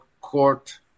court